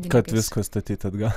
kad viską statyt atgal